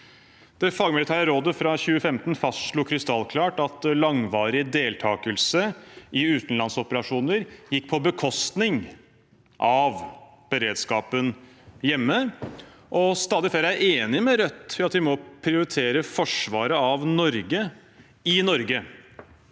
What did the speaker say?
fagmilitære rådet fra 2015 fastslo krystallklart at langvarig deltakelse i utenlandsoperasjoner gikk på bekostning av beredskapen hjemme, og stadig flere er enig med Rødt i at vi må prioritere forsvaret av Norge i Norge.